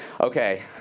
Okay